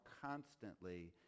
constantly